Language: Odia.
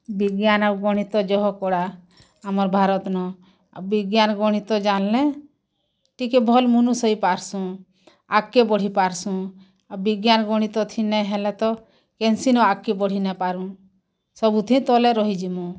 ବିଜ୍ଞାନ ଗଣିତ ଯହ କଡ଼ା ଆମର୍ ଭାରତ ନ ଆଉ ବିଜ୍ଞାନ ଗଣିତ ଜାଣଲେ ଟିକେ ଭଲ ମନୁଷ ହେଇ ପାର୍ସୁ ଆଗକେ ବଢ଼ି ପାର୍ସୁ ଆଉ ବିଜ୍ଞାନ ଗଣିତ ଥିନେ ହେଲେ ତ କେନ୍ସି ନେ ଆଗକେ ବଢ଼ି ନାଇଁ ପାରୁ ସବୁଥି ତଲେ ରହି ଜିମୁ